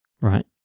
Right